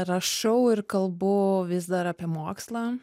rašau ir kalbu vis dar apie mokslą